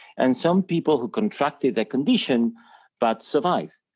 and some people who contracted a condition but survived,